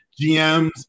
GMs